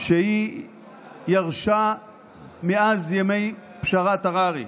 שהיא ירשה מאז ימי פשרת הררי.